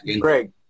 Craig